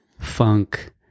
funk